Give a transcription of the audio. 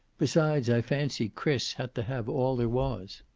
besides, i fancy chris had to have all there was.